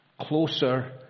closer